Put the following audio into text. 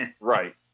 right